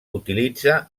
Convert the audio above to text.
utilitza